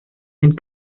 and